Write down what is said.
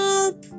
up